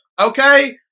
okay